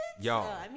Y'all